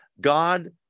God